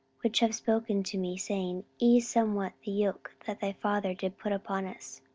which have spoken to me, saying, ease somewhat the yoke that thy father did put upon us?